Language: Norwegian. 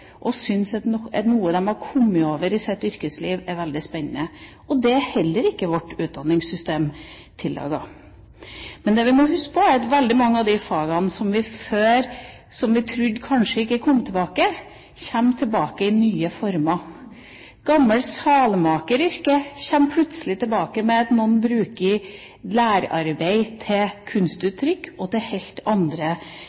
og syns at noe av det de har kommet over i sitt yrkesliv, er veldig spennende. Dette er heller ikke vårt utdanningssystem tilpasset. Det vi må huske på, er at veldig mange av de fagene som vi trodde kanskje ikke kom tilbake, kommer tilbake i nye former. Det gamle salmakeryrket kommer plutselig tilbake ved at noen bruker lærarbeid til